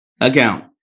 account